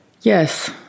Yes